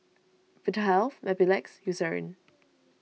Vitahealth Mepilex Eucerin